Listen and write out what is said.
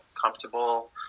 comfortable